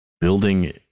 building